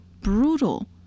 brutal